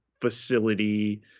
facility